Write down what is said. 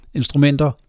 instrumenter